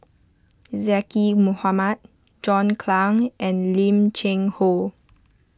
Zaqy Mohamad John Clang and Lim Cheng Hoe